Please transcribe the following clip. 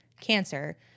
cancer